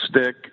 stick